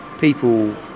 People